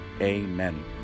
Amen